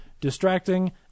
distracting